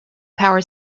power